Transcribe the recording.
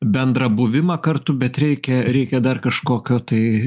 bendrą buvimą kartu bet reikia reikia dar kažkokio tai